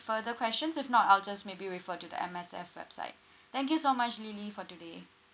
further questions if not I'll just maybe refer to the M_S_F website thank you so much lily for today